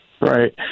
Right